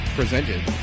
presented